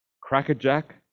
crackerjack